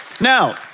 Now